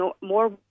more